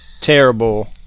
terrible